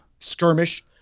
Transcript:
Skirmish